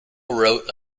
wrote